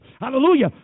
hallelujah